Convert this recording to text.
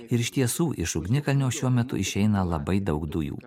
ir iš tiesų iš ugnikalnio šiuo metu išeina labai daug dujų